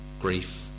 grief